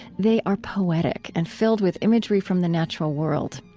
they are poetic and filled with imagery from the natural world.